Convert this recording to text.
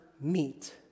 meet